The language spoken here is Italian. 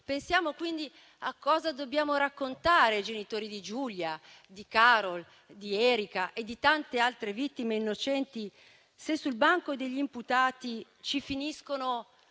Pensiamo quindi a cosa dobbiamo raccontare ai genitori di Giulia, di Carol, di Erica e di tante altre vittime innocenti, se sul banco degli imputati ci finiscono